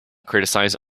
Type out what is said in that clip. criticize